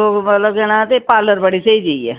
ओह् मतलब जाना ते पार्लर बड़ी स्हेई चीज ऐ